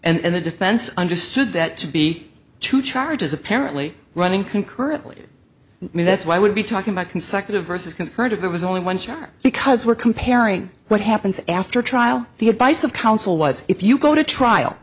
state and the defense understood that to be two charges apparently running concurrently me that's why i would be talking about consecutive versus concurred if it was only one charge because we're comparing what happens after trial the advice of counsel was if you go to trial